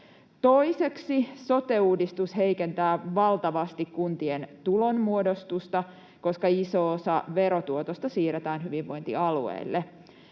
Toiseksi sote-uudistus heikentää valtavasti kuntien tulonmuodostusta, koska iso osa verotuotosta siirretään hyvinvointialueille.